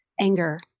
anger